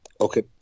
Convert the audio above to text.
Okay